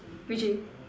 which is